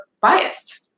biased